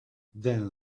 then